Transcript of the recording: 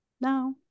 No